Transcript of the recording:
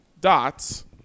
dots